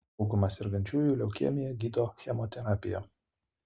daugumą sergančiųjų leukemija gydo chemoterapija